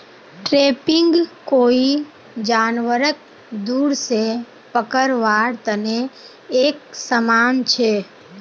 trapping कोई जानवरक दूर से पकड़वार तने एक समान छे